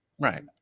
Right